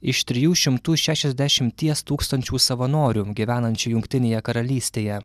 iš trijų šimtų šešiasdešimties tūkstančių savanorių gyvenančių jungtinėje karalystėje